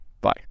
Bye